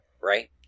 Right